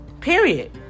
Period